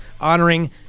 honoring